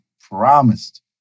promised